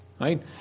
right